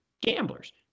Gamblers